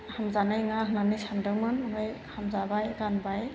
हामजानाय नङा होननानै सान्दोंमोन ओमफ्राय हामजाबाय गानबाय